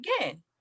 again